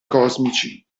cosmici